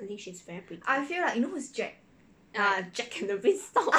I think she's very pretty ya jack and the beanstalk